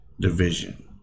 division